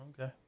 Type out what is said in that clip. Okay